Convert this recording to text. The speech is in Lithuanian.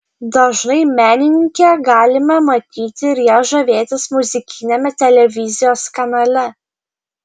dažnai menininkę galime matyti ir ja žavėtis muzikiniame televizijos kanale